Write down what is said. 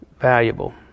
valuable